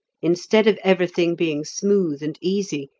instead of everything being smooth and easy,